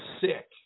sick